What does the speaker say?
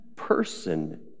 person